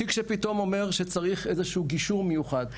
תיק שפתאום אומר שצריך איזשהו גישור מיוחד.